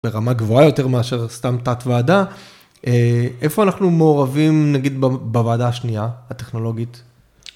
ברמה גבוהה יותר מאשר סתם תת ועדה, איפה אנחנו מעורבים נגיד בוועדה השנייה הטכנולוגית?